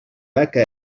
beca